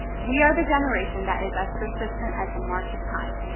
we are the generation that is as persistent as the march of time,